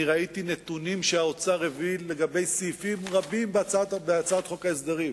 אני ראיתי נתונים שהאוצר הביא לגבי סעיפים רבים בהצעת חוק ההסדרים,